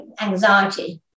anxiety